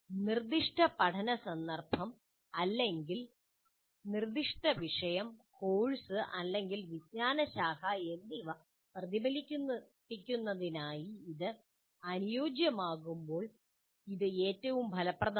നിർദ്ദിഷ്ട പഠന സന്ദർഭം അല്ലെങ്കിൽ നിർദ്ദിഷ്ട വിഷയം കോഴ്സ് അല്ലെങ്കിൽ വിജ്ഞാനശാഖ എന്നിവ പ്രതിഫലിപ്പിക്കുന്നതിനായി ഇത് അനുയോജ്യമാകുമ്പോൾ ഇത് ഏറ്റവും ഫലപ്രദമാണ്